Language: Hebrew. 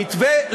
המתווה,